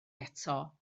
eto